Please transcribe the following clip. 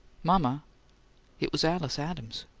mama it was alice adams.